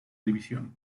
división